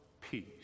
peace